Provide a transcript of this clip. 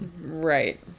Right